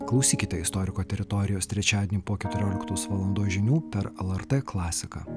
klausykite istoriko teritorijos trečiadienį po keturioliktos valandos žinių per lrt klasiką